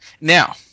Now